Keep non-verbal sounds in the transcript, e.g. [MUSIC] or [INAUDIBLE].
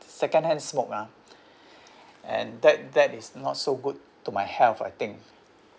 second hand smoke ah [BREATH] and that that is not so good to my health I think